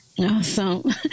Awesome